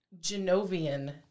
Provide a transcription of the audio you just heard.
Genovian